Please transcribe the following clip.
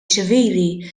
ċivili